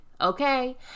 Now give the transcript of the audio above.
okay